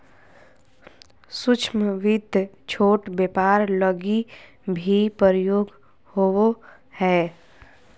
सूक्ष्म वित्त छोट व्यापार लगी भी प्रयोग होवो हय